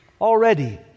already